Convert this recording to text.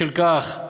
בשל כך,